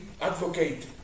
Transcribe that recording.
advocate